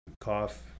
cough